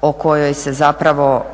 o kojoj se zapravo